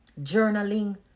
journaling